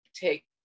take